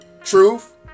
Truth